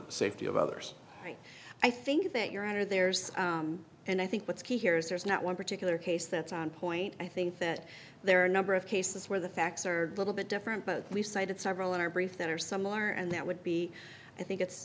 the safety of others i think that your honor there's and i think what's key here is there's not one particular case that's on point i think that there are a number of cases where the facts are a little bit different but we've cited several in our brief that are some lawyer and that would be i think it's